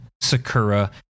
Sakura